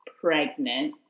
pregnant